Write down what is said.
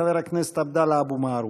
חבר הכנסת עבדאללה אבו מערוף.